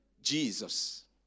Jesus